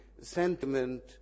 sentiment